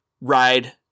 ride